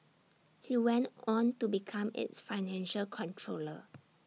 he went on to become its financial controller